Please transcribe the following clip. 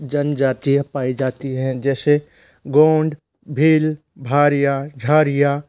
जनजातीयाँ पाई जाती हैं जैसे गोंड भील भारिया झारिया